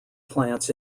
plants